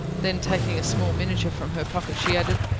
then taking a small miniature from her pocket, she added,